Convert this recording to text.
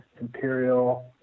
Imperial